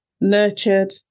nurtured